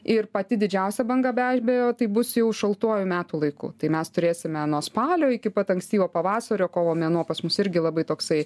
ir pati didžiausia banga be abejo tai bus jau šaltuoju metų laiku tai mes turėsime nuo spalio iki pat ankstyvo pavasario kovo mėnuo pas mus irgi labai toksai